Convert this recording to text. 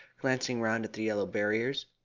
glancing round at the yellow barriers.